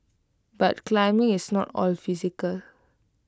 but climbing is not all physical